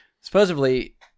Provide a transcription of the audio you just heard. Supposedly